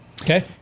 Okay